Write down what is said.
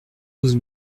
douze